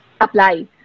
apply